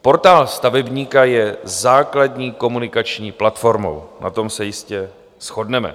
Portál stavebníka je základní komunikační platformou, na tom se jistě shodneme.